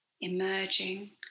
emerging